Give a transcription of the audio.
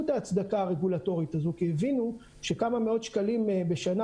את ההצדקה הרגולטורית הזאת כי הבינו שכמה מאות שקלים בשנה,